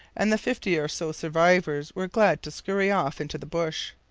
and the fifty or so survivors were glad to scurry off into the bush.